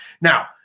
Now